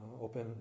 open